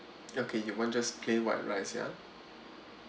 okay you want just plain white rice ya